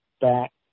back